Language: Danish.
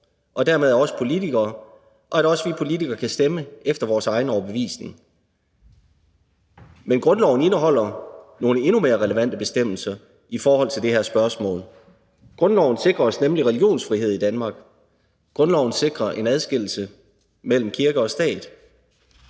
og dermed af os politikere, og at vi politikere også kan stemme efter vores egen overbevisning. Men grundloven indeholder nogle endnu mere relevante bestemmelser om det her spørgsmål. Grundloven sikrer os nemlig religionsfrihed i Danmark. Grundloven sikrer en adskillelse mellem kirke og stat.